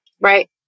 Right